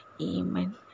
Amen